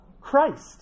Christ